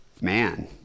man